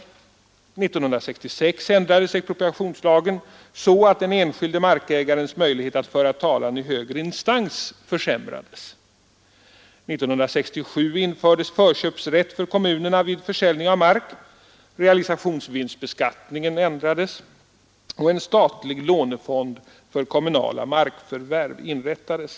1966 ändrades expropriationslagen så att den enskilde markägarens möjlighet att föra talan i högre instans försämrades. 1967 infördes förköpsrätt för kommunerna vid försäljning av mark, realisationsvinstbeskattningen ändrades och en statlig lånefond för kommunala markförvärv inrättades.